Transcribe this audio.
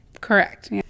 Correct